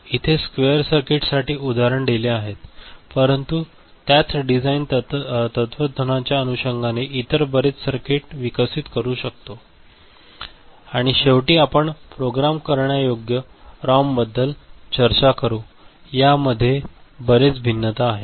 इथे स्क्वेअर सर्किटसाठी उदाहरणे दिली जातील परंतु त्याच डिझाइन तत्त्वज्ञानाच्या अनुषंगाने इतर बरेच सर्किट विकसित करू शकतो आणि शेवटी आपण प्रोग्राम करण्यायोग्य रॉमबद्दल चर्चा करू या मध्ये बरेच भिन्नता आहे